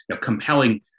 compelling